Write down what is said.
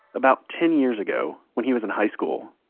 about ten years ago, when he was in high school,